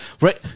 Right